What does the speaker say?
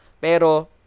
Pero